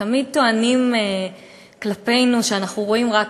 תמיד טוענים כלפינו שאנחנו רואים רק